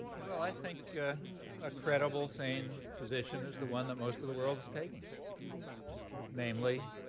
well, i think a credible, sane position is the one that most of the world is taking namely,